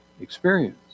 experience